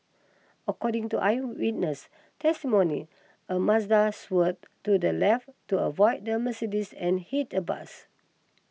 according to eyewitness testimony a Mazda swerved to the left to avoid the Mercedes and hit a bus